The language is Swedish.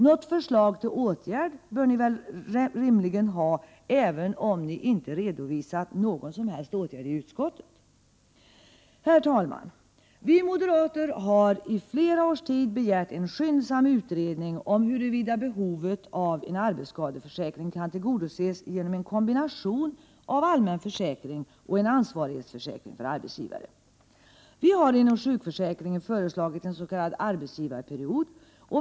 Något förslag till åtgärd bör ni rimligen ha, även om ni inte har redovisat något som helst förslag till åtgärd för utskottet. Herr talman! Vi moderater har under flera års tid begärt en skyndsam utredning av huruvida behovet av en arbetsskadeförsäkring kan tillgodoses genom en kombination av allmän försäkring och en ansvarighetsförsäkring för arbetsgivare. Vi har inom sjukförsäkringen föreslagit en s.k. arbetsgivarperiod.